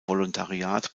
volontariat